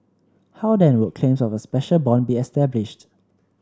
how then would claims of a special bond be established